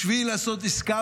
בשביל לעשות עסקה,